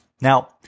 Now